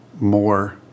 more